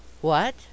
What